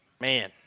man